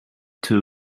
two